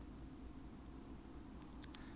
ok lor then 我是 neutral lor